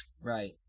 Right